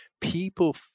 people